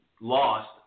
lost